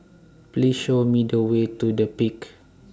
Please Show Me The Way to The Peak